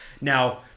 now